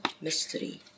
Mystery